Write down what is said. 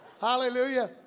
Hallelujah